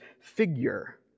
figure